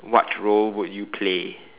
what role would you play